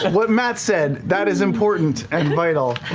what matt said. that is important and vital.